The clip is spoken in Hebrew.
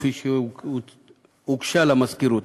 כפי שהוגשה למזכירות,